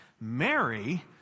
Mary